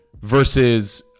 versus